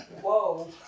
Whoa